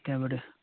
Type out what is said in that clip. त्यहाँबाट